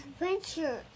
Adventure